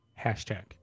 Hashtag